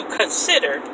consider